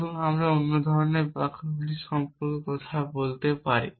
তবে আমরা অন্য ধরণের বাক্যগুলি সম্পর্কে কথা বলতে পারি